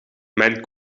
mijn